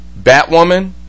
Batwoman